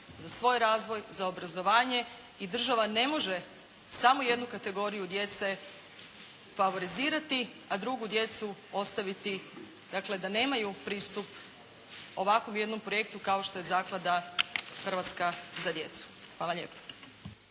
za svoj razvoj, za obrazovanje i država ne može samo jednu kategoriju djece favorizirati, a drugu djecu ostaviti, dakle, da nemaju pristup ovakvom jednom projektu kao što je Zaklada "Hrvatska za djecu". Hvala lijepa.